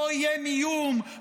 לא איים איום,